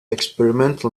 experimental